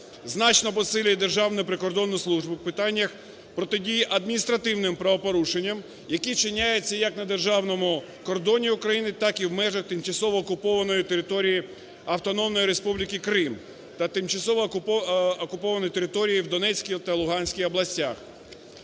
значно посилює Державну прикордонну службу в питаннях протидії адміністративним правопорушенням, які вчиняються як на державному кордоні Україні так і в межах тимчасово окупованої території Автономної Республіки Крим та тимчасово окупованих територій в Донецькій та Луганській областях.